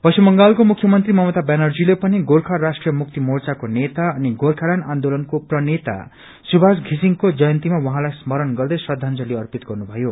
पश्चिम बंगालको मुख्यमन्त्री ममता ब्यानर्जीले पनि गोर्खा राष्ट्रीय मुक्ति मोर्चाको नेता अनि गोर्खाल्याण्ड आन्दोलनको प्रेणता सुभाष षिसिङको जयन्तीमा उहाँलाई स्मरण गर्दै श्रद्धांजली अर्पित गर्नु भयो